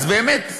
אז באמת,